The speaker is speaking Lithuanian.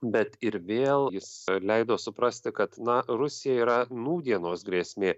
bet ir vėl jis leido suprasti kad na rusija yra nūdienos grėsmė